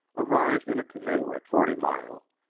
arrived in a canoe at forty mile,